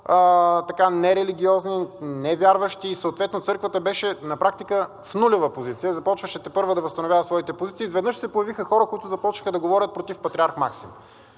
нерелигиозни, невярващи, и съответно църквата беше на практика в нулева позиция, започваща тепърва да възстановява своите позиции, изведнъж се появиха хора, които започнаха да говорят против патриарх Максим.